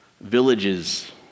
villages